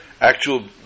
actual